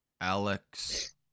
alex